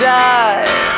die